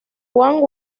wang